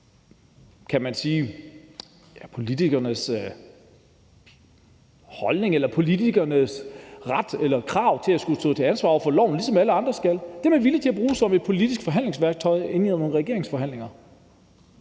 til at bruge politikernes holdning eller politikernes ret eller krav til at skulle stå til ansvar over for loven, ligesom alle andre skal, som et politisk forhandlingsværktøj i nogle regeringsforhandlinger.